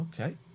Okay